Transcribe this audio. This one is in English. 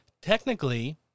technically